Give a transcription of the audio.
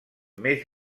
més